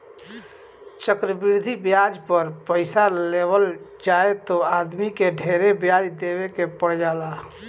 चक्रवृद्धि ब्याज पर पइसा लेवल जाए त आदमी के ढेरे ब्याज देवे के पर जाला